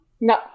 No